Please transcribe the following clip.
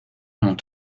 mon